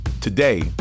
Today